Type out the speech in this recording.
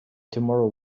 tomorrow